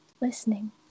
listening